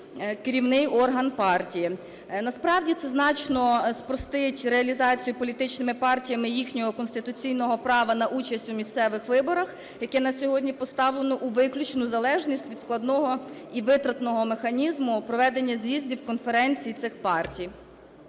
керівний орган партії. Насправді це значно спростить реалізацію політичними партіями їхнього конституційного права на участь у місцевих виборах, яке на сьогодні поставлено у виключну залежність від складного і витратного механізму проведення з'їздів, конференцій цих партій.